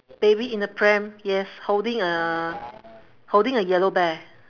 baby in a pram yes holding a holding a yellow bear